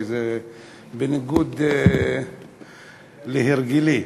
שזה בניגוד להרגלי,